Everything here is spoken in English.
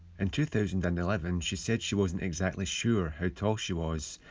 and two thousand and eleven she said she wasn't exactly sure how tall she was.